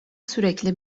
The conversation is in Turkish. sürekli